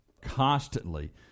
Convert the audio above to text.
constantly